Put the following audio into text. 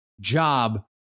job